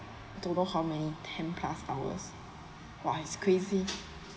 don't know how many ten plus hours !wah! he's crazy